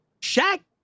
shaq